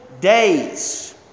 days